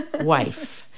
wife